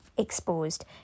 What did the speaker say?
exposed